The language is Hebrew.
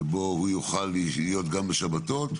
שבו הוא יוכל להיות גם בשבתות,